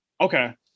Okay